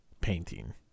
painting